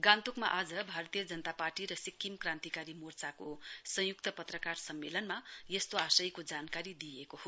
गान्तोकमा आज भारतीय जनता पार्टी र सिक्किम क्रान्तिकारी मोर्चाको संयुक्त पत्रकार सम्मेलनमा यस्तो आशयको जानकारी दिइएको हो